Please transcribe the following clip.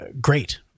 great